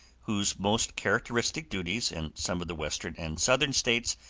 whose most characteristic duties, in some of the western and southern states,